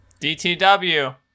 DTW